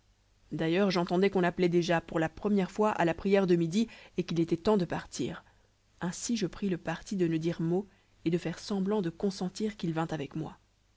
d'ailleurs j'entendais qu'on appelait déjà pour la première fois à la prière de midi et qu'il était temps de partir ainsi je pris le parti de ne dire mot et de faire semblant de consentir qu'il vînt avec moi